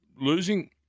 losing